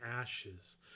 ashes